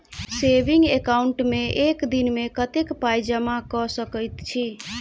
Saving account मे एक दिनमे कतेक पाई जमा कऽ सकैत छी?